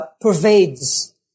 pervades